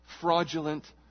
fraudulent